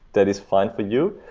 that is fine for you.